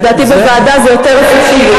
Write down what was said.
לדעתי בוועדה זה יותר אפקטיבי.